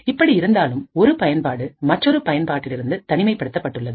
இப்படி இருந்தாலும் ஒரு பயன்பாடு மற்றொரு பயன் பாட்டில் இருந்து தனிமைப் படுத்தப் பட்டுள்ளது